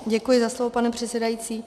Děkuji za slovo, pane předsedající.